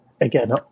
again